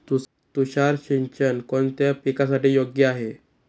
तुषार सिंचन कोणत्या पिकासाठी योग्य आहे?